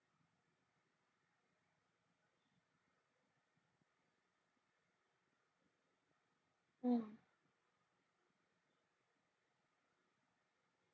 mm